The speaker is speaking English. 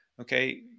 okay